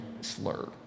slur